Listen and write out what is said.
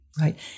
Right